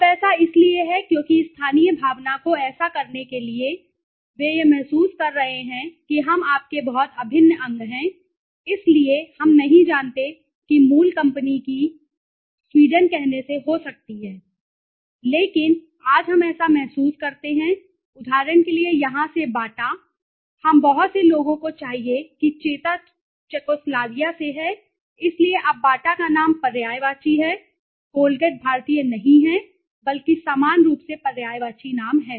अब ऐसा इसलिए है क्योंकि स्थानीय भावना को ऐसा करने के लिए कि वे यह महसूस कर रहे हैं कि हम आपके बहुत अभिन्न अंग हैं इसलिए हम नहीं जानते कि मूल कंपनी की कंपनी स्वीडन कहने से हो सकती है लेकिन आज हम ऐसा महसूस करते हैं उदाहरण के लिए यहाँ से बाटा बाटा है हम बहुत से लोगों को चाहिए कि चेता चेकोस्लोवाकिया से है इसलिए अब बाटा का नाम पर्यायवाची है कोलगेट भारतीय नहीं है बल्कि समान रूप से पर्यायवाची नाम है